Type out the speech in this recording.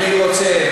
אני רוצה,